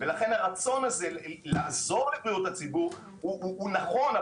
הרצון הזה לעזור לבריאות הציבור הוא נכון,